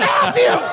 Matthew